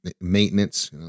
maintenance